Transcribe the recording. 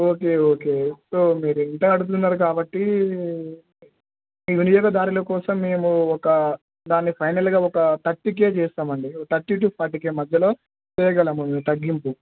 okay okay so మీరు ఇంతగా అడుగుతున్నారు కాబట్టి మీ వినియోగదరుల కోసం మేము ఒక దాన్ని ఫైనల్గా ఒక థర్టీ కే చేస్తామండి థర్టీ టు ఫార్టీ కే మధ్యలో చేయగలము తగ్గింపు